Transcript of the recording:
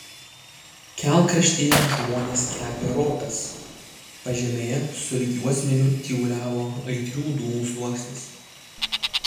kelkraštyje žmonės kepė ropes pažemėje sulig juosmeniu tyvuliavo aitrių dūmų sluoksnis